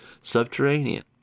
subterranean